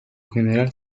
general